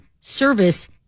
service